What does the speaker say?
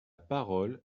parole